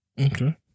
Okay